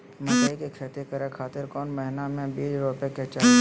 मकई के खेती करें खातिर कौन महीना में बीज रोपे के चाही?